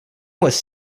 was